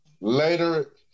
Later